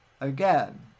Again